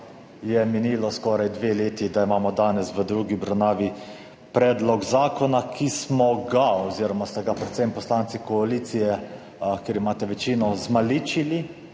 je minilo skoraj 2 leti, da imamo danes v drugi obravnavi predlog zakona, ki smo ga oziroma ste ga predvsem poslanci koalicije, ker imate večino, zmaličili